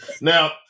Now